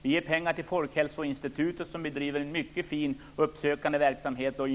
Vi ger pengar till Folkhälsoinstitutet som bedriver en mycket fin uppsökande verksamhet.